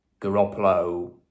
Garoppolo